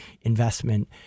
investment